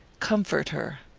comfort her.